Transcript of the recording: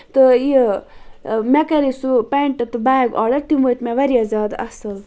تہٕ یہِ مےٚ کَرے سُہ پینٹ تہٕ بیگ آردڑ تِم وٲتۍ مےٚ واریاہ زیادٕ اَصٕل